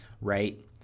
right